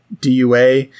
DUA